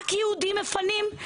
רק יהודים מפנים?